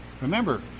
remember